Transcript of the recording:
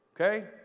Okay